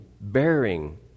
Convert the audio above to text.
bearing